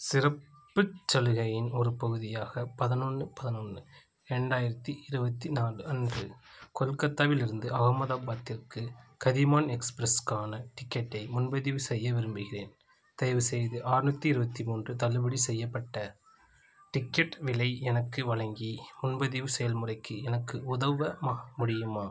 சிறப்புச் சலுகையின் ஒரு பகுதியாக பதினொன்னு பதினொன்னு ரெண்டாயிரத்தி இருபத்தி நாலு அன்று கொல்கத்தாவிலிருந்து அகமதாபாத்திற்கு கதிமான் எக்ஸ்பிரஸுக்கான டிக்கெட்டை முன்பதிவு செய்ய விரும்புகிறேன் தயவு செய்து ஆற்நூத்தி இருபத்தி மூன்று தள்ளுபடி செய்யப்பட்ட டிக்கெட் விலை எனக்கு வழங்கி முன்பதிவு செயல்முறைக்கு எனக்கு உதவ ம முடியுமா